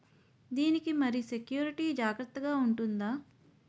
దీని కి మరి సెక్యూరిటీ జాగ్రత్తగా ఉంటుందా?